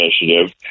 initiative